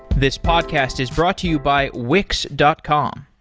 this podcast is brought to you by wix dot com.